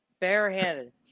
barehanded